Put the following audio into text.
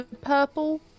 purple